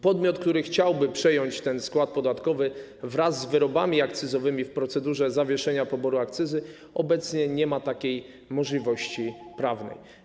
Podmiot, który chciałby przejąć ten skład podatkowy wraz z wyrobami akcyzowymi w procedurze zawieszenia poboru akcyzy, obecnie nie ma takiej możliwości prawnej.